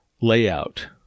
layout